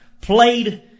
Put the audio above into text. played